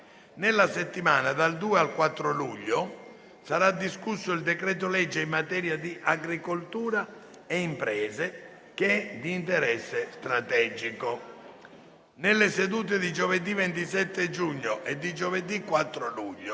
Nella settimana dal 2 al 4 luglio sarà discusso il decreto-legge in materia di agricoltura e imprese di interesse strategico. Nelle sedute di giovedì 27 giugno e di giovedì 4 luglio,